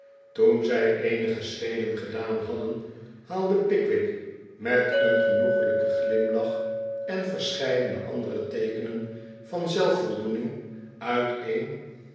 toen zij eenige schreden gedaan hadden haalde pickwick met een genoeglijken glimlach en verscheidene andere teekenen van zelfvoldoening uit een